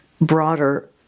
broader